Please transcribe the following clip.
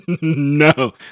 No